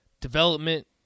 development